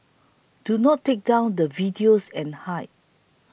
do not take down the videos and hide